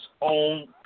own